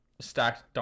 stacked